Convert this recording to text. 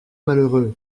malheureux